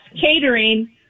catering